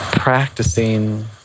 practicing